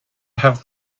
have